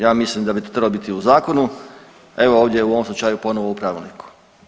Ja mislim da bi to trebalo biti u zakonu, evo ovdje u ovom slučaju ponovo u pravilniku.